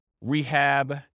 rehab